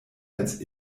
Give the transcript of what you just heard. als